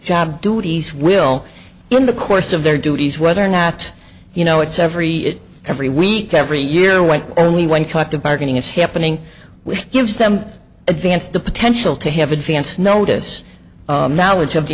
job duties will be in the course of their duties whether or not you know it's every it every week every year when only one collective bargaining is happening which gives them advance the potential to have advance notice knowledge of the